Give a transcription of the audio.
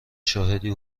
شاهدی